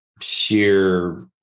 sheer